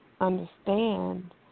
understand